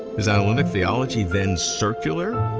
is analytic theology then circular?